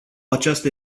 aceasta